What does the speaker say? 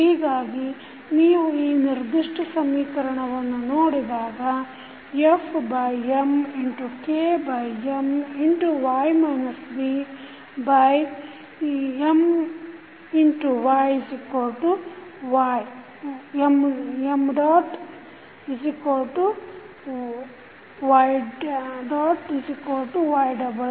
ಹೀಗಾಗಿ ನೀವು ಈ ನಿರ್ದಿಷ್ಟ ಸಮೀಕರಣವನ್ನು ನೋಡಿದಾಗ f M x K M x y B M x y